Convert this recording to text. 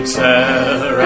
tear